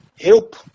help